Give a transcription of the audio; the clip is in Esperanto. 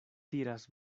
tiras